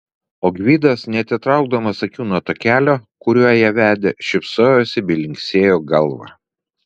o gvidas neatitraukdamas akių nuo takelio kuriuo ją vedė šypsojosi bei linksėjo galva